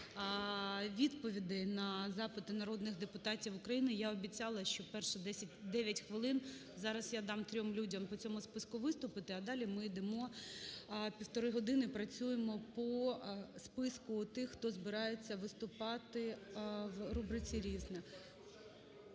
відповідей на запити народних депутатів Україні. І я обіцяла, що перші 9 хвилин, зараз я дам трьом людям по цьому списку виступити. А далі, ми йдемо, півтори години працюємо по списку тих, хто збирається вступати в рубриці "Різне".